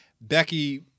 becky